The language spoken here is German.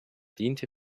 diente